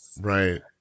Right